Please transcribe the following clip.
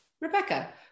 Rebecca